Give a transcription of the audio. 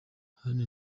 hano